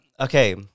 okay